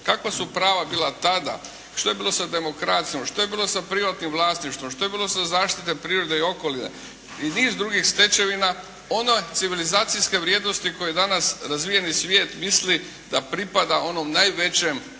kakva su prava bila tada, što je bilo sa demokracijom, što je bilo sa privatnim vlasništvom, što je bilo sa zaštite prirode i okoline i niz drugih stečevina, ona civilizacijske vrijednosti koje danas razvijeni svijet misli da pripada onom najvećem